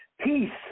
peace